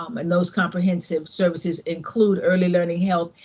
um and those comprehensive services include early learning, health,